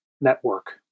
network